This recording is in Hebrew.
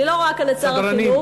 אני לא רואה כאן את שר החינוך,